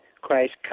Christ